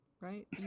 right